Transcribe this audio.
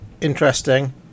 Interesting